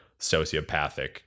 sociopathic